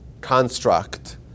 construct